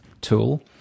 tool